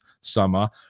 summer